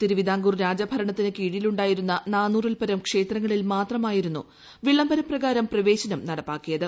തിരുവിതാംകൂർ രാജഭരണത്തിന് കീഴിലുണ്ടായിരുന്ന നാന്നൂറിൽപരം ക്ഷേത്രങ്ങളിൽ മാത്രമായിരുന്നു വിളംബര പ്രകാരം പ്രവേശനം നടപ്പാക്കിയത്